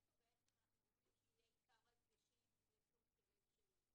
ואיפה אנחנו בעצם רוצים שיהיו הדגשים ותשומת הלב שלו.